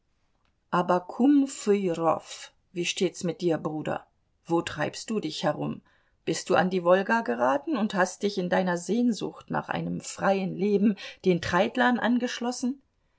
fyrow wie steht's mir dir bruder wo treibst du dich herum bist du an die wolga geraten und hast dich in deiner sehnsucht nach einem freien leben den treidlern angeschlossen